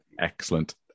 Excellent